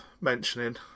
mentioning